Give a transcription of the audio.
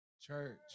church